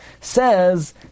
says